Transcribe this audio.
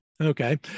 Okay